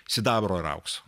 sidabro ir aukso